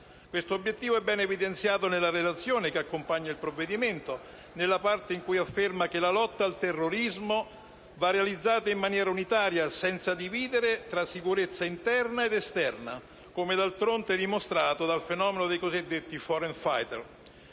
Quest'obiettivo è ben evidenziato dalla relazione che accompagna il provvedimento, nella parte in cui afferma che «la lotta al terrorismo va realizzata in maniera unitaria senza dividere tra sicurezza interna ed esterna, come d'altronde dimostrato dal fenomeno dei cosiddetti *foreign fighters*».